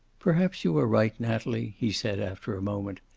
perhaps you are right, natalie, he said, after a moment.